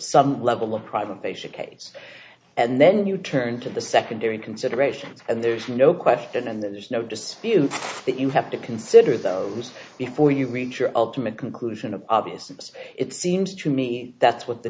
some level of private basic aids and then you turn to the secondary considerations and there is no question and there's no dispute that you have to consider those before you reach your ultimate conclusion of obviousness it seems to me that's what the